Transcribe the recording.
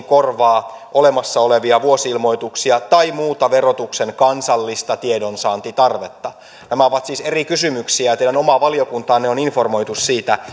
korvaa olemassa olevia vuosi ilmoituksia tai muuta verotuksen kansallista tiedonsaantitarvetta nämä ovat siis eri kysymyksiä teidän omaa valiokuntaanne on informoitu siitä